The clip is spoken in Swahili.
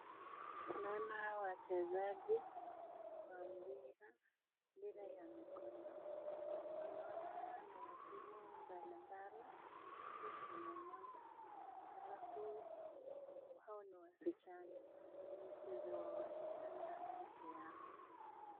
Tunaona wachezaji wa mpira, mpira ya mikono, na naona ni wa timu mbalimbali, zi timu moja. Halafu hao ni wasichana, ni mchezo wa wasichana pekee yao.